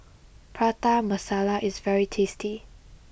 Prata Masala is very tasty